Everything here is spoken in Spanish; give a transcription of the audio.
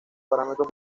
parámetros